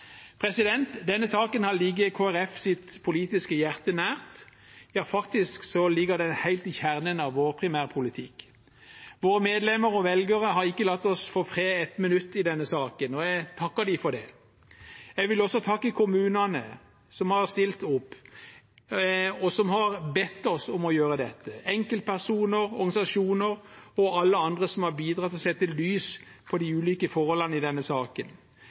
Denne saken har ligget Kristelig Folkepartis politiske hjerte nær – ja, faktisk ligger den helt i kjernen av vår primærpolitikk. Våre medlemmer og velgere har ikke latt oss få fred ett minutt i denne saken, og jeg takker dem for det. Jeg vil også takke kommunene som har stilt opp, og som har bedt oss om å gjøre dette, enkeltpersoner, organisasjoner og alle andre som har bidratt til å sette lys på de ulike forholdene i denne saken.